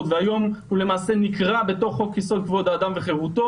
והיום למעשה הוא נקרא בתוך חוק-יסוד: כבוד האדם וחרותו.